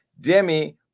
Demi